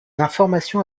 informations